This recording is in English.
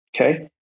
okay